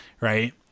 right